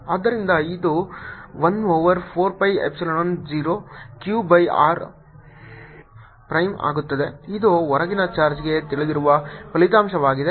ಆದ್ದರಿಂದ ಇದು 1 over 4 pi epsilon 0 Q by r prime ಆಗುತ್ತದೆ ಇದು ಹೊರಗಿನ ಚಾರ್ಜ್ಗೆ ತಿಳಿದಿರುವ ಫಲಿತಾಂಶವಾಗಿದೆ